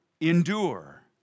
endure